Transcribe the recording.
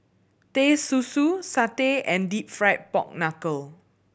Teh Susu satay and Deep Fried Pork Knuckle